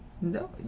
No